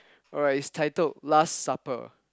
alright it's titled last supper